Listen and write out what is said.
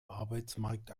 arbeitsmarkt